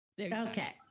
Okay